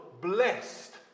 blessed